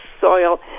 soil